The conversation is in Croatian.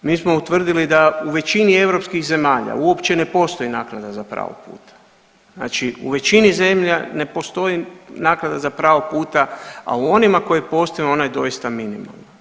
Mi smo utvrdili da u većini europskih zemalja uopće ne postoji naknada za pravo puta, znači u većini zemalja ne postoji naknada za pravo puta, a u onima u kojima postoji ona je doista minimalna.